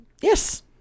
Yes